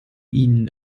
ihnen